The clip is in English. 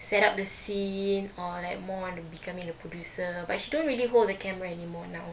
set up the scene or like more on the becoming a producer but she don't really hold the camera anymore now